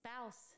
spouse